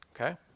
okay